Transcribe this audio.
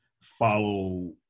follow